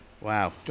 Wow